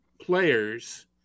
players